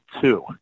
two